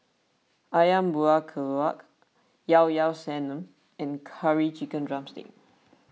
Ayam Buah Keluak Llao Llao Sanum and Curry Chicken Drumstick